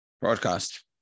broadcast